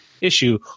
issue